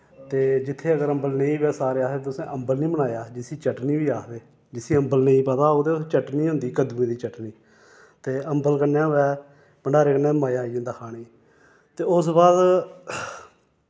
ते जित्थै अगर अम्बल नेईं होऐ सारे आखदे तुसै अम्बल नीं बनाया जिस्सी चटनी बी आखदे जिस्सी अम्बल नेईं पता होग ते ओह् चटनी होंदी कद्दूए दी चटनी ते अम्बल कन्ने होऐ भंडारे कन्नै मजा आई जंदा खाने ते उस बाद